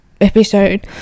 episode